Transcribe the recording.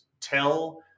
tell